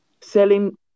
selling